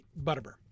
Butterbur